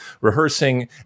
rehearsing